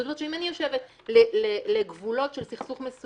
זאת אומרת שאם אני יושבת לגבולות של סכסוך מסוים,